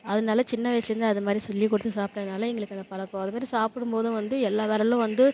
அதனால சின்ன வயசுலேருந்து அதுமாதிரி சொல்லிக்கொடுத்து சாப்பிட்டதுனால எங்களுக்கு அந்த பழக்கம் அதுமாதிரி சாப்பிடும்போதும் வந்து எல்லா விரலும் வந்து